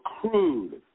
crude